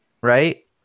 right